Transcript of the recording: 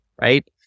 right